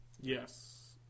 Yes